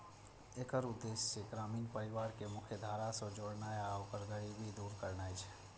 एकर उद्देश्य ग्रामीण गरीब परिवार कें मुख्यधारा सं जोड़नाय आ ओकर गरीबी दूर करनाय छै